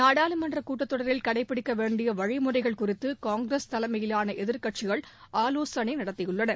நாடாளுமன்ற கூட்டத்தொடரில் கடைப்பிடிக்க வேண்டிய வழிமுறைகள் குறித்து காங்கிரஸ் தலைமையில் எதிர்க்கட்சிகள் ஆலோசனை நடத்தியுள்ளன